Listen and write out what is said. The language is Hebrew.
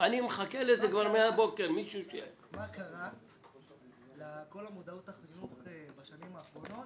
מה קרה לכל המודעות החינוך בשנים האחרונות